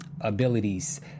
abilities